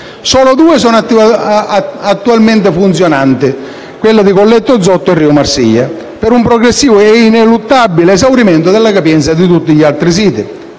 solo due sono attualmente funzionanti (Collette Ozotto e Rio Marsiglia) per un progressivo ed ineluttabile esaurimento della capienza di tutti gli altri siti.